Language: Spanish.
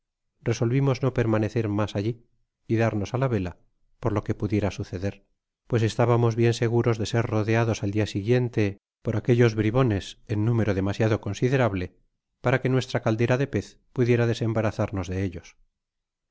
resolvimos no permanecer mas alli y darnos ja vela por lo que pudiese suceder pues estábamos bien segtupos de ser rodeados al dia siguiente por aquellos bribpnes en número demasiado considerable para qjw nuestra caldera de pez pudiera desembarazarnos de ellos